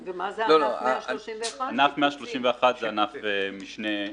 שזה ענף משנה שיפוצים.